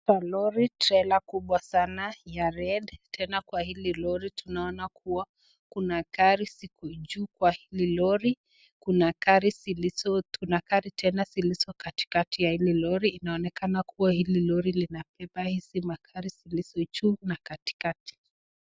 Tunaona lori trela kubwa sana ya red . Tena kwa hili lori tunaona kuwa kuna gari ziko juu kwa hili lori. Kuna gari tena zilizo katikati ya hili lori. Inaonekana kuwa hili lori linabeba hizi magari zilizo juu na katikati.